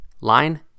Line